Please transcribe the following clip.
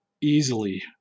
easily